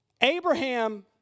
Abraham